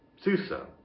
Susa